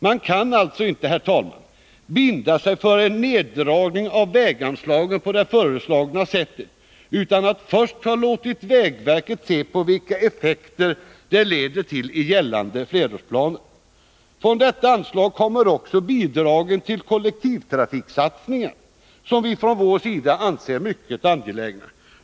Man kan alltså inte, herr talman, binda sig för en neddragning av väganslagen på det föreslagna sättet utan att först ha låtit vägverket se på vilka effekter det leder till i gällande flerårsplaner. Från detta anslag kommer också bidragen till kollektivtrafiksatsningar, som vi från vår sida anser mycket angelägna.